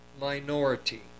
minority